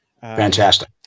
fantastic